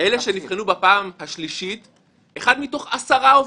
אני חושב שאנחנו צריכים להתקדם לעבר ההצבעות ולתת מזור לאנשים האלה.